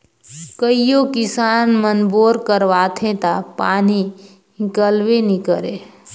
कइयो किसान मन बोर करवाथे ता पानी हिकलबे नी करे